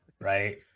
right